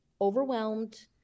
overwhelmed